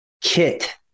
kit